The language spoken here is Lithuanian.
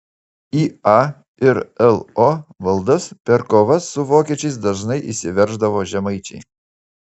į a ir lo valdas per kovas su vokiečiais dažnai įsiverždavo žemaičiai